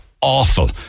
awful